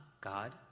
god